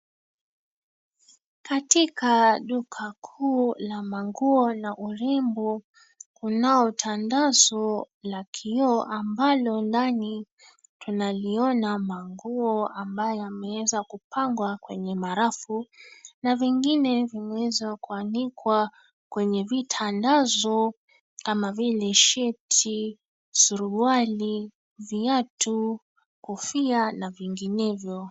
Katika duka kuu la manguo na urembo, kunao tandazo la kioo ambalo ndani tunaliona manguo ambayo yameweza kupangwa kwenye marafu na vingine vimeweza kuanikwa kwenye vitandazo kama vile sheti, suruali , viatu , kofia na vinginevyo.